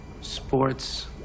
Sports